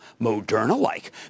Moderna-like